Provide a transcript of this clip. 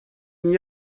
n’y